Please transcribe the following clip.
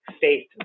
faith